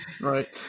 right